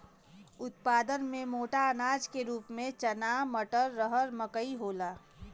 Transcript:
उत्पादन में मोटा अनाज के रूप में चना मटर, रहर मकई होला